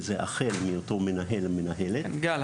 וזה החל מאותו מנהל או מנהלת --- גל,